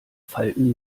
falten